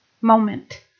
Moment